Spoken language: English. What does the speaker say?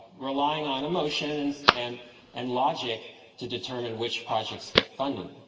relying on emotion and and and logic to determine which projects get funding,